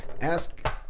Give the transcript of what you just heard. ask